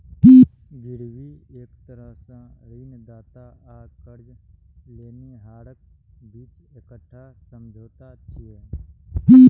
गिरवी एक तरह सं ऋणदाता आ कर्ज लेनिहारक बीच एकटा समझौता छियै